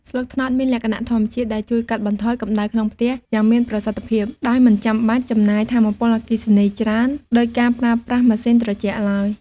ស្លឹកត្នោតមានលក្ខណៈធម្មជាតិដែលជួយ កាត់បន្ថយកម្ដៅក្នុងផ្ទះ យ៉ាងមានប្រសិទ្ធភាព ដោយមិនចាំបាច់ចំណាយថាមពលអគ្គិសនីច្រើនដូចការប្រើប្រាស់ម៉ាស៊ីនត្រជាក់ឡើយ។